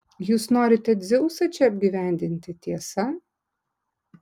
jūs norite dzeusą čia apgyvendinti tiesa